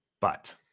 but-